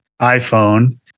iPhone